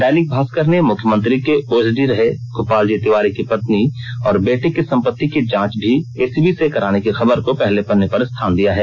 दैनिक भास्कर ने मुख्यमंत्री के ओएसडी रहे गोपालजी तिवारी की पत्नी और बेटे की संपत्ति की जांच भी एसीबी से कराने की खबर को पहले पन्ने पर स्थान दिया है